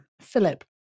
Philip